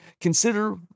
Consider